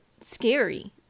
scary